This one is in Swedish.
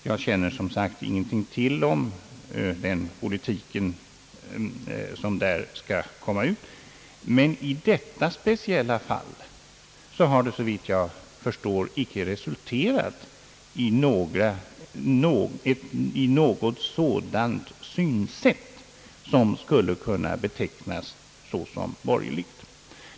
Jag känner, som sagt, inte till någonting om den politiken, men i detta speciella fall har det, såvitt jag förstår, inte resulterat i ett synsätt som skulle kunna betecknas såsom borgerligt.